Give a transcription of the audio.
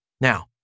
Now